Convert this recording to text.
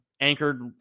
anchored